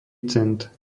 cent